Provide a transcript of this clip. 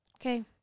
Okay